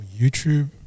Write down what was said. YouTube